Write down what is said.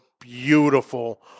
beautiful